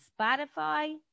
Spotify